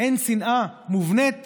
אין שנאה מובנית